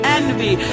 envy